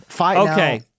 Okay